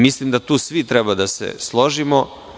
Mislim da tu svi treba da se složimo.